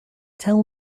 tell